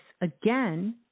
again